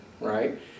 right